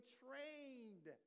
trained